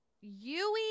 yui